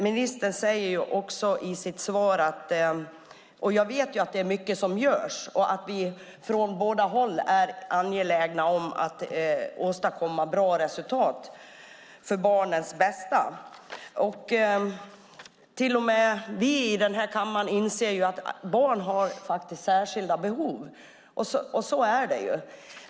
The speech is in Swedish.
Ministern säger i sitt svar, och det vet jag, att det är mycket som görs. Vi är från båda håll angelägna om att åstadkomma bra resultat för barnens bästa. Till och med vi i den här kammaren inser att barn faktiskt har särskilda behov.